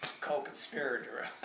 co-conspirator